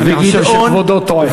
אני אגיד עוד, אני חושב שכבודו טועה.